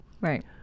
Right